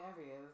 areas